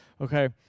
okay